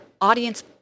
audience